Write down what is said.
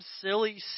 silly